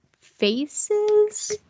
faces